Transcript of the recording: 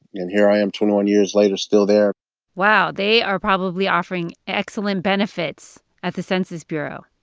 and here i am, twenty one years later, still there wow. they are probably offering excellent benefits at the census bureau.